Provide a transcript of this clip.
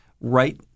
right